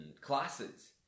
classes